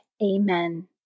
Amen